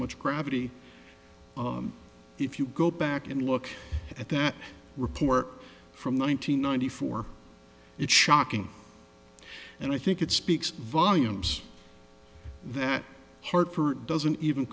much gravity if you go back and look at that report from one nine hundred ninety four it's shocking and i think it speaks volumes that hartford doesn't even